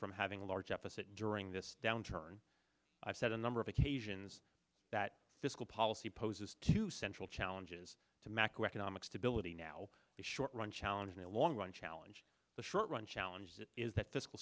from having a large deficit during this downturn i've said a number of occasions that fiscal policy poses two central challenges to macroeconomic stability now the short run challenge in the long run challenge the short run challenge that is that th